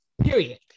period